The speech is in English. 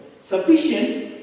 Sufficient